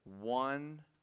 one